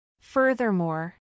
Furthermore